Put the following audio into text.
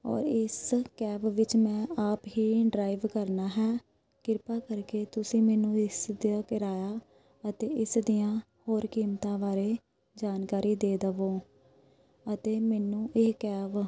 ਔਰ ਇਸ ਕੈਬ ਵਿੱਚ ਮੈਂ ਆਪ ਹੀ ਡਰਾਈਵ ਕਰਨਾ ਹੈ ਕਿਰਪਾ ਕਰਕੇ ਤੁਸੀਂ ਮੈਨੂੰ ਇਸ ਦਾ ਕਿਰਾਇਆ ਅਤੇ ਇਸ ਦੀਆਂ ਹੋਰ ਕੀਮਤਾਂ ਬਾਰੇ ਜਾਣਕਾਰੀ ਦੇ ਦਵੋ ਅਤੇ ਮੈਨੂੰ ਇਹ ਕੈਬ